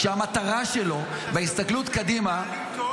כשהמטרה שלו בהסתכלות קדימה --- אתה סבור